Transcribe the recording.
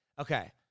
Okay